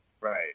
Right